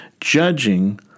Judging